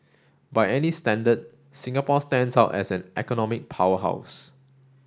by any standard Singapore stands out as an economic powerhouse